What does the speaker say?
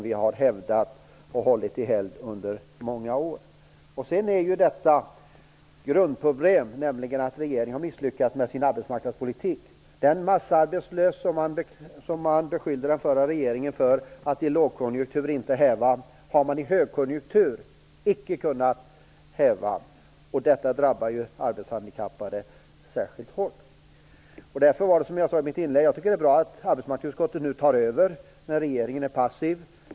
Vi har ju hävdat och hållit detta anslag i helgd under många år. Grundproblemet är ju att regeringen har misslyckats med sin arbetsmarknadspolitik. Den massarbetslöshet som man beskyllde den förra regeringen för att inte häva i en lågkonjunktur, har man icke kunna häva i en högkonjunktur. Detta drabbar ju de arbetshandikappade särskilt hårt. Som jag sade i mitt inlägg, tycker jag att det är bra att arbetsmarknadsutskottet nu tar över när regeringen är passiv.